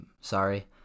sorry